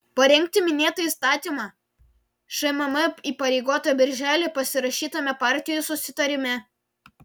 parengti minėtą įstatymą šmm įpareigota birželį pasirašytame partijų susitarime